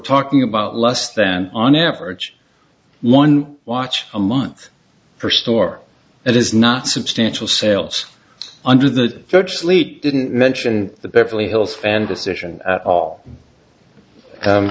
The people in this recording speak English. talking about less than on average one watch a month for store that is not substantial sales under the church leet didn't mention the beverly hills fan decision at all